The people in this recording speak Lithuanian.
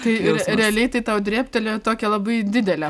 tai realiai tai tau drėbtelėjo tokią labai didelę